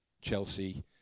Chelsea